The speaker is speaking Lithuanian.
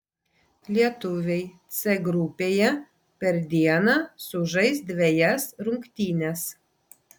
lietuviai c grupėje per dieną sužais dvejas rungtynes